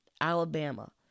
Alabama